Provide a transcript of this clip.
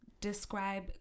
describe